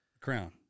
Crown